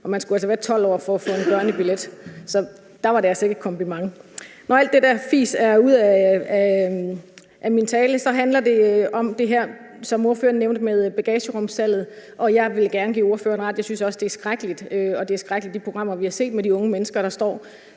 Man skulle altså være 12 år for at få en børnebillet, så der var det altså ikke et kompliment. Når alt det der fis er ude af mine bemærkninger, handler det om det her, som ordføreren nævnte, med bagagerumssalg. Jeg vil gerne give ordføreren ret. Jeg synes også, det er skrækkeligt. Det er skrækkeligt med de programmer, vi har set med de unge mennesker, der står